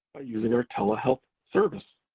using our telehealth service.